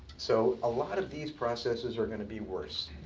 so a lot of these processes are going to be worse.